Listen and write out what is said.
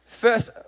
First